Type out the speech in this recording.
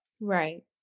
Right